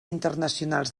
internacionals